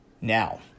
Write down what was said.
Now